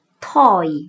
toy